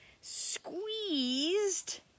squeezed